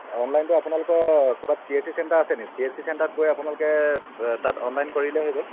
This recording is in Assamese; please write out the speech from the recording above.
অনলাইনটো আপোনালোকৰ ক'ৰবাত চি এচ চি চেণ্টাৰ আছে নেকি চি এছ চি চেণ্টাৰত গৈ আপোনালোকে তাত অনলাইন কৰিলেই হৈ গ'ল